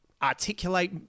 articulate